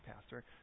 pastor